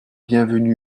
bienvenu